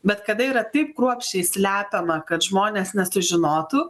bet kada yra taip kruopščiai slepiama kad žmonės nesužinotų